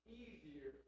easier